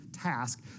task